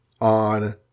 on